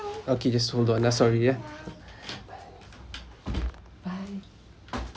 okay just hold on ah sorry ah